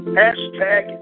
hashtag